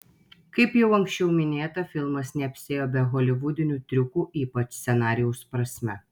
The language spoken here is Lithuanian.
kaip jau anksčiau minėta filmas neapsiėjo be holivudinių triukų ypač scenarijaus prasme